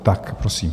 Tak prosím.